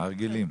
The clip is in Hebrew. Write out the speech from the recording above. הרגילים.